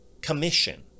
commission